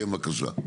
כן בבקשה.